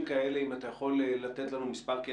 האם אתה יכול לתת לנו מספר?